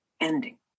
ending